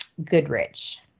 goodrich